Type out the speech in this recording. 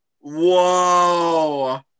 Whoa